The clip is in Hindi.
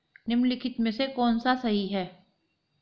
निम्नलिखित में से कौन सा सही है?